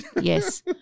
Yes